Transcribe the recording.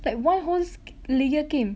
like why whole sk~ layer came